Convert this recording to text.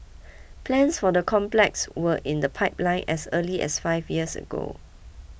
plans for the complex were in the pipeline as early as five years ago